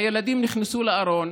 הילדים נכנסו לארון